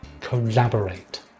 collaborate